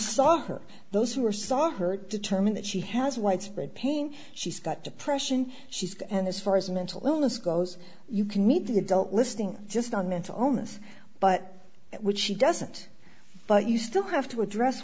saw her those who were saw her determine that she has widespread pain she's got depression she's got and as far as mental illness goes you can meet the adult listing just on mental illness but which she doesn't but you still have to address